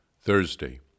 Thursday